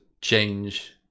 change